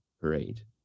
parade